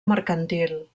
mercantil